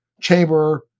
chamber